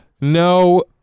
No